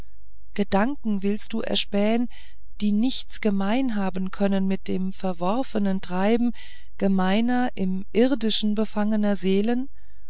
gedanken willst du erspähen die nichts gemein haben können mit dem verworfenen treiben gemeiner im irdischen befangener seelen